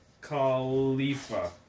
Khalifa